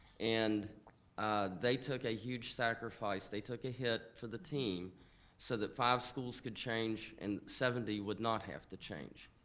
and they took a huge sacrifice. they took a hit for the team so that five schools could change, and seventy would not have to change.